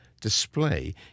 display